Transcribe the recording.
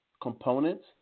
components